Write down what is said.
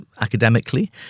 academically